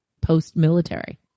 post-military